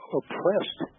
oppressed